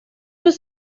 was